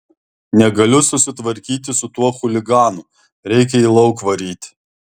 negaliu susitvarkyti su tuo chuliganu reikia jį lauk varyti